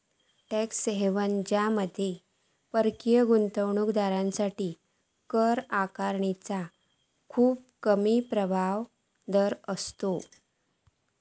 tax haven ज्यामध्ये परकीय गुंतवणूक दारांसाठी कर आकारणीचो खूप कमी प्रभावी दर हा